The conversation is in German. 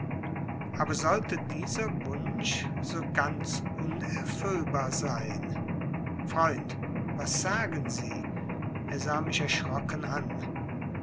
aber sollte dieser wunsch so ganz unerfüllbar sein freund was sagen sie er sah mich erschrocken an